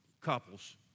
couples